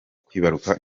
kwibaruka